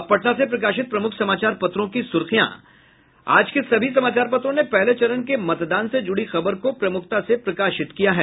अब पटना से प्रकाशित प्रमुख समाचार पत्रों की सुर्खियां आज के सभी समाचार पत्रों ने पहले चरण के मतदान से जूड़ी खबर को प्रमुखता से प्रकाशित किया है